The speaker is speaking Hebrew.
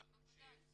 אני אציג את עצמי.